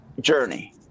journey